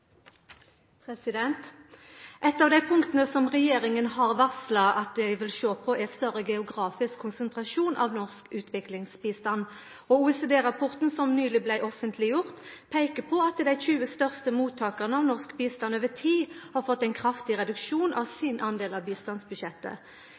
av dei punkta som regjeringa har varsla at dei vil sjå på, er større geografisk konsentrasjon av norsk utviklingsbistand. OECD-rapporten, som nyleg blei offentleggjort, peikar på at dei 20 største mottakarane av norsk bistand over tid har fått ein kraftig reduksjon av